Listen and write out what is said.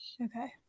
Okay